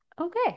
Okay